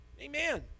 Amen